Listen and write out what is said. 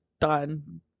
done